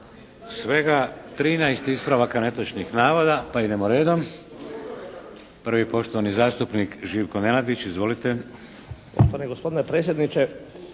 svega 13 ispravaka netočnih navoda, pa idemo redom. Prvi poštovani zastupnik Živko Nenadić. Izvolite.